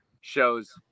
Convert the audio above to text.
shows